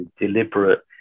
deliberate